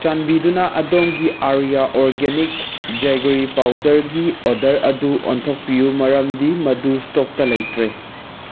ꯆꯥꯟꯕꯤꯗꯨꯅ ꯑꯗꯣꯝꯒꯤ Arya organic jaggery ꯄꯥꯎꯗꯔꯒꯤ ꯑꯣꯗꯔ ꯑꯗꯨ ꯑꯣꯟꯊꯣꯛꯄꯤꯌꯨ ꯃꯔꯝꯗꯤ ꯃꯗꯨ ꯏꯁꯇꯣꯛꯇ ꯂꯩꯇ꯭ꯔꯦ